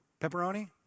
Pepperoni